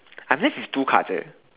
I'm left with two cards